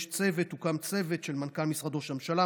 הוקם צוות של מנכ"ל משרד ראש הממשלה,